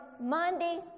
Monday